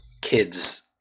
kids